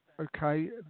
Okay